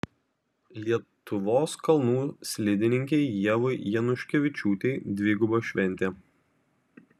lietuvos kalnų slidininkei ievai januškevičiūtei dviguba šventė